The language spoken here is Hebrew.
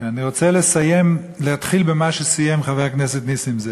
אני רוצה להתחיל במה שסיים חבר הכנסת נסים זאב.